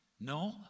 No